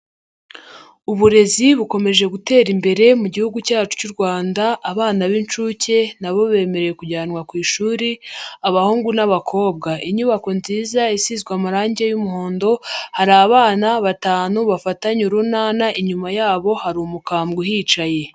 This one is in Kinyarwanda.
Uburezi bukomeje gutera imbere mu gihugu cyacu cy'u Rwanda, abana b'inshuke na bo bemerewe kujyanwa ku ishuri abahungu n'abakobwa. Inyubako nziza isizwe amarangi y'umuhondo, hari abana batanu bafatanye urunana, inyuma yabo hari umukambwe uhicaye.